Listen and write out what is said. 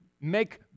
make